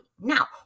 Now